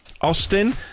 austin